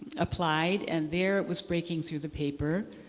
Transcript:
applied and there it was breaking through the paper.